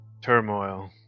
turmoil